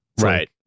Right